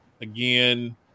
again